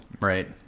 Right